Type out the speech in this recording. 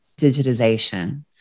digitization